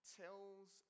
tells